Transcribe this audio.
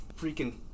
freaking